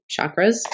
chakras